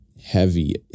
heavy